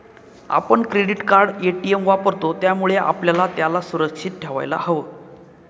आपण आपलं credit card, ATM वापरतो, त्यामुळे आपल्याला त्याला सुरक्षित ठेवायला हव